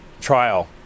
trial